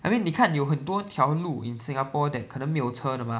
I mean 你看有很多条路 in Singapore that 可能没有车的 mah